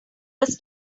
was